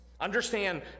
Understand